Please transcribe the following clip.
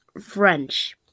French